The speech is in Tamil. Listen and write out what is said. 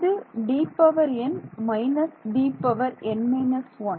இது Dn − Dn−1